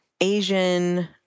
Asian